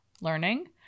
learning